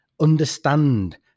understand